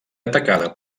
atacada